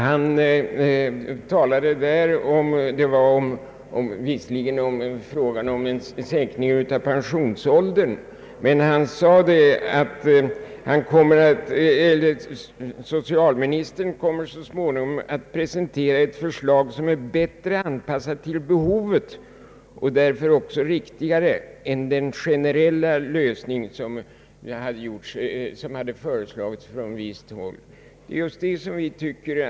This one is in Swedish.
Han talade där visserligen om frågan om en sänkning av pensionsåldern men sade att socialministern så småningom kommer att presentera ett förslag som är bättre anpassat till behovet och därför också riktigare än den generella lösning som föreslagits från visst håll. Det är just detta som vi framhåller.